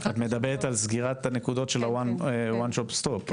את מדברת על סגירת הנקודות של הוואן סטופ שופ,